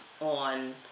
on